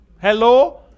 Hello